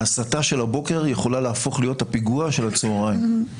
ההסתה של הבוקר יכולה להפוך להיות הפיגוע של הצוהריים.